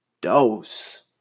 dose